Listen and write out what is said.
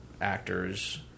actors